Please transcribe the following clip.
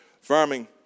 farming